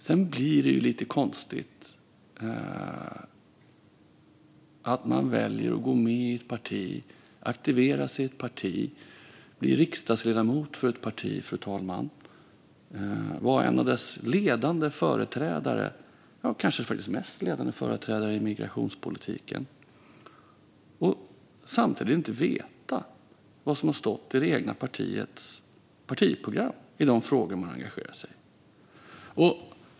Det blir lite konstigt att man väljer att gå med i ett parti, aktivera sig i ett parti, bli riksdagsledamot för ett parti, fru talman, och vara en av dess ledande företrädare, ja kanske mest ledande företrädare i migrationspolitiken, och samtidigt inte vet vad som har stått i det egna partiets partiprogram i de frågor man engagerar sig i.